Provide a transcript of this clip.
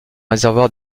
réservoir